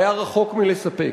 היה רחוק מלספק.